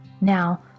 Now